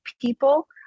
people